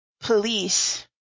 police